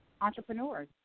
entrepreneurs